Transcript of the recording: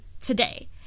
today